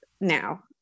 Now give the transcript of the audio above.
now